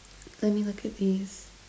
let me look at these